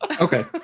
Okay